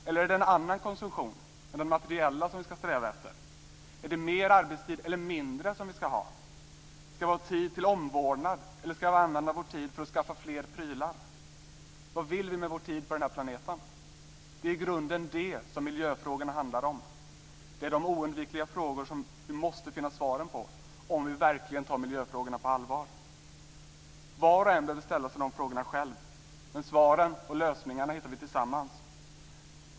Eller är det en annan konsumtion än den materiella som vi ska sträva efter? Är det mer arbetstid eller mindre som vi ska ha? Ska vi ha tid till omvårdnad eller ska vi använda tiden för att skaffa fler prylar? Vad vill vi med vår tid på den här planeten? Det är i grunden det som miljöfrågorna handlar om. Det är de oundvikliga frågor som vi måste finna svaren på, om vi verkligen tar miljöfrågorna på allvar. Var och en behöver ställa sig dessa frågor själv, men svaren och lösningarna hittar vi tillsammans.